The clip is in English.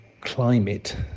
climate